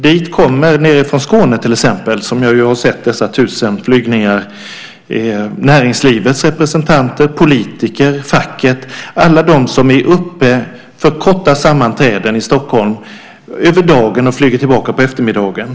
Dit kommer till exempel från Skåne - som jag sett vid tusentalet flygningar - näringslivets representanter, politiker, fackets folk, ja, alla de som är uppe i Stockholm för korta sammanträden. De är här över dagen och flyger tillbaka på eftermiddagen.